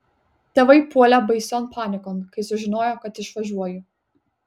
tėvai puolė baision panikon kai sužinojo kad išvažiuoju